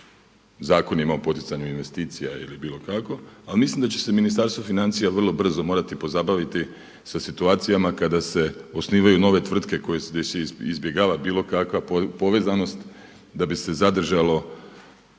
Zakonima o poticanju investicija ili bilo kako ali misli da će se Ministarstvo financija vrlo brzo morati pozabaviti sa situacijama kada se osnivaju nove tvrtke gdje se izbjegava bilo kakva povezanost da bi se zadržalo